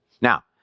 Now